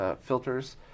filters